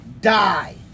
die